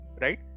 right